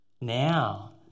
now